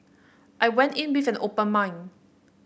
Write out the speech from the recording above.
I went in with an open mind